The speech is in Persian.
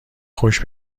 خوش